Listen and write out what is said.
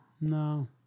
No